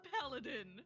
Paladin